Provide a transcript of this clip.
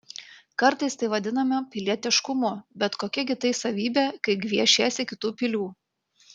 kartais tai vadinama pilietiškumu bet kokia gi tai savybė kai gviešiesi kitų pilių